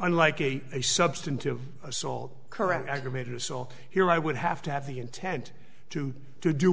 unlike a a substantive a sole current aggravated assault here i would have to have the intent to do